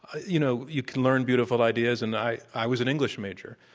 you know, you can learn beautiful ideas. and i i was an english major,